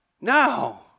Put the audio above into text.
No